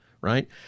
right